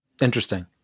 Interesting